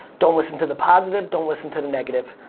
don't listen to the positive, don't listen to the negative,